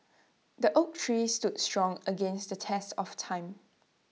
the oak tree stood strong against the test of time